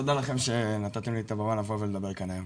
תודה לכם שנתתם לי את הבמה לבוא ולדבר כאן היום.